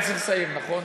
אני צריך לסיים, נכון?